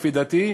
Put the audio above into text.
לפי דעתי,